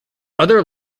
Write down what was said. other